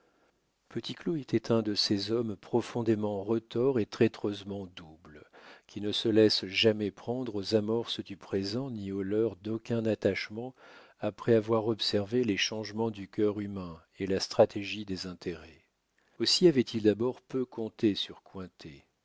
était un de ces hommes profondément retors et traîtreusement doubles qui ne se laissent jamais prendre aux amorces du présent ni aux leurres d'aucun attachement après avoir observé les changements du cœur humain et la stratégie des intérêts aussi avait-il d'abord peu compté sur